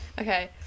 Okay